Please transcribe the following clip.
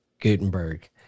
Gutenberg